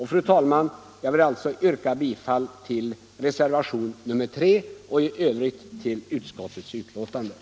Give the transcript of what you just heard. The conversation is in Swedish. Fru talman! Jag vill alltså yrka bifall till reservationen 3 och i övrigt till utskottets hemställan.